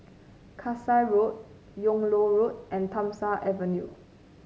Kasai Road Yung Loh Road and Tham Soong Avenue